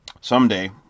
someday